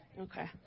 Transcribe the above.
Okay